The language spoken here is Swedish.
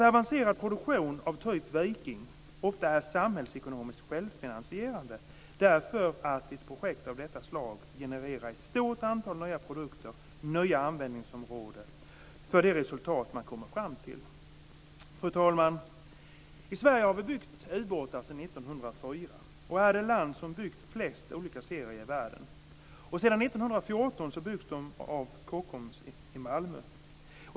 Avancerad produktion av typ Viking är ofta samhällsekonomiskt självfinansierande. Resultaten av ett projekt av detta slag generar ett stort antal nya produkter och nya användningsområden. Fru talman! I Sverige har vi byggt ubåtar sedan 1904. Sverige är det land som har byggt flest olika serier i världen. Sedan 1914 byggs ubåtarna av Kockums i Malmö.